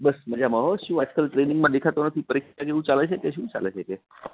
બસ મજામાં હોં શું આજકાલ ટ્રેનિંગમાં દેખાતા નથી પરીક્ષા જેવું ચાલે છે કે શું ચાલે છે